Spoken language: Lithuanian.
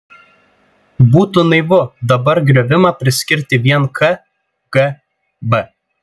būtų naivu dabar griovimą priskirti vien kgb